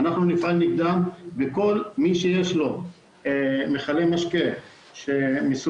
אנחנו נפעל נגדן וכל מי שיש לו מכלי משקה שמסומנים